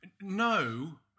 No